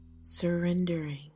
surrendering